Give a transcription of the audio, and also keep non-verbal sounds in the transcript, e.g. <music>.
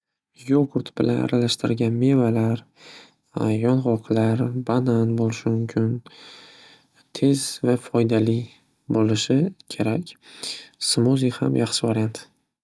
Yo'gurt bilan aralashtirilgan mevalar <hesitation> yong'oqlar, banan bo'lishi mumkin. Tez va foydali bo'lishi kerak. Smuzi ham yaxshi variant.